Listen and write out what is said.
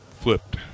flipped